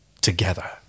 Together